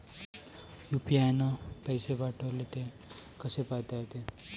UPI न पैसे पाठवले, ते कसे पायता येते?